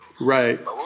Right